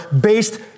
based